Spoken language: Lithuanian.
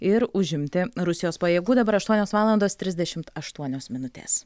ir užimti rusijos pajėgų dabar aštuonios valandos trisdešimt aštuonios minutės